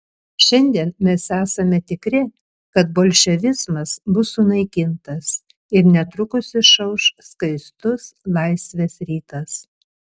šiandien mes esame tikri kad bolševizmas bus sunaikintas ir netrukus išauš skaistus laisvės rytas